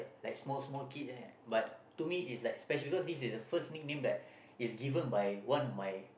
like small small kid right but to me is like special cause this is the first nickname that is given by one of my